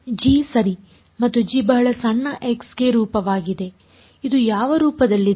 G ಸರಿ ಮತ್ತು G ಬಹಳ ಸಣ್ಣ x ಗೆ ರೂಪವಾಗಿದೆ ಅದು ಯಾವ ರೂಪದಲ್ಲಿದೆ